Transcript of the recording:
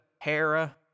Hera